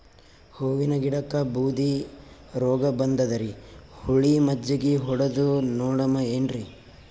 ಹೂವಿನ ಗಿಡಕ್ಕ ಬೂದಿ ರೋಗಬಂದದರಿ, ಹುಳಿ ಮಜ್ಜಗಿ ಹೊಡದು ನೋಡಮ ಏನ್ರೀ?